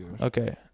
okay